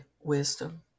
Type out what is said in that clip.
wisdom